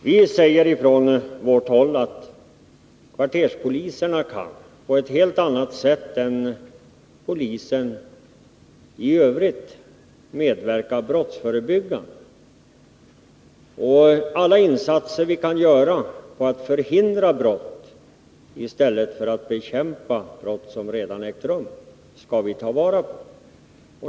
Vi säger att kvarterspoliserna på ett helt annat sätt än polisen i övrigt kan arbeta bl.a. brottsförebyggande. Alla insatser vi kan göra för att förhindra brott i stället för att bekämpa brott som redan ägt rum skall vi ta vara på.